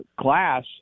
class